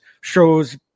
shows